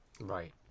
right